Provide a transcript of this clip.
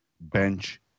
bench